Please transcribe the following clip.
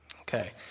Okay